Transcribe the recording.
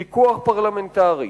פיקוח פרלמנטרי,